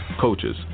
coaches